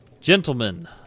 Gentlemen